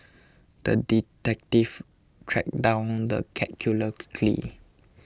the detective tracked down the cat killer quickly